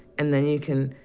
and then you can.